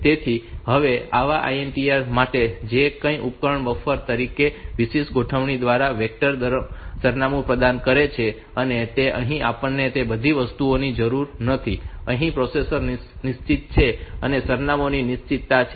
તેથી હવે આવા INTR માટે કે જ્યાં ઉપકરણ બફર ની કેટલીક વિશિષ્ટ ગોઠવણી દ્વારા વેક્ટર સરનામું પ્રદાન કરે છે અને તેથી અહીં આપણને તે બધી વસ્તુઓની જરૂર નથી અહીં પ્રોસેસર નિશ્ચિત છે અને સરનામાંઓ નિશ્ચિત છે